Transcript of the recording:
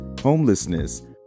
homelessness